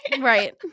Right